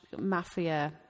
mafia